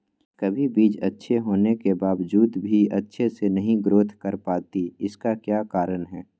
कभी बीज अच्छी होने के बावजूद भी अच्छे से नहीं ग्रोथ कर पाती इसका क्या कारण है?